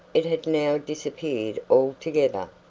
it had now disappeared altogether,